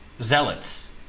zealots